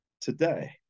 today